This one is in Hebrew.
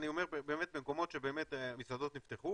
במקומות שבהם מסעדות נפתחו